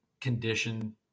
condition